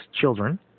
children